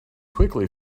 quickly